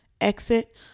exit